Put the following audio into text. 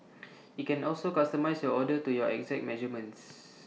IT can also customise your order to your exact measurements